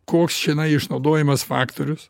koks čia išnaudojimas faktorius